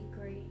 great